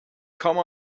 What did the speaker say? come